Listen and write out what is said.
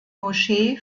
moschee